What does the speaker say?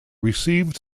received